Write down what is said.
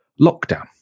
lockdown